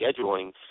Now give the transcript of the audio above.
scheduling